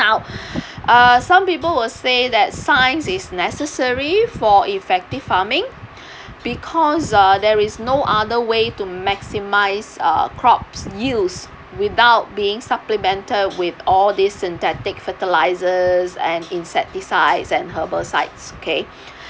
now uh some people will say that science is necessary for effective farming because uh there is no other way to maximize uh crops use without being supplemented with all these synthetic fertilizers and insecticides and herbicides okay